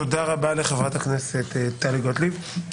תודה לחברת הכנסת טלי גוטליב.